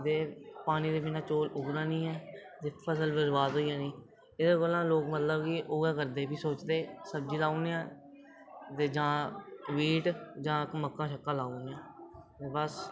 ते पानी दे बिना चौल उग्गना निं ऐ ते फसल बर्बाद होई जानी एहदे कोलां लोग मतलब कि उ'ऐ करदे फ्ही सोचदे सब्जी लाई ओड़ने आं ते जां वीट जां मक्का शक्कां लाई ओड़ने आं बस